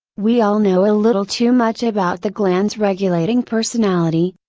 we all know a little too much about the glands regulating personality,